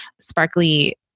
sparkly